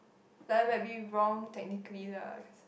like I might be wrong technically lah